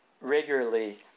regularly